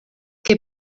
che